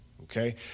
okay